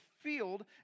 field